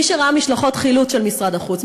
מי שראה משלחות חילוץ של משרד החוץ,